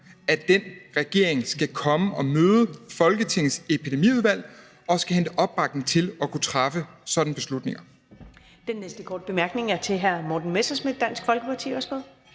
at en regering skal komme og møde Folketingets epidemiudvalg og hente opbakning til at kunne træffe sådanne beslutninger. Kl. 19:45 Første næstformand (Karen Ellemann): Den næste korte bemærkning er til hr. Morten Messerschmidt, Dansk Folkeparti.